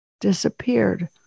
disappeared